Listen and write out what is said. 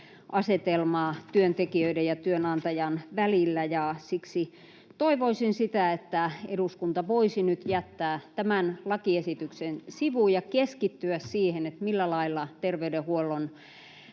asetelmaa työntekijöiden ja työnantajan välillä. Siksi toivoisin sitä, että eduskunta voisi nyt jättää tämän lakiesityksen sivuun ja keskittyä siihen, millä lailla terveydenhuollon